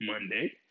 Monday